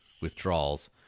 withdrawals